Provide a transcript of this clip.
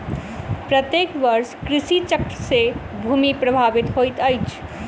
प्रत्येक वर्ष कृषि चक्र से भूमि प्रभावित होइत अछि